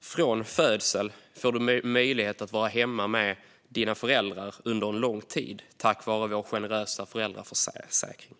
från födseln får möjlighet att vara hemma med sina föräldrar under en lång tid tack vare den generösa föräldraförsäkring vi har i Sverige.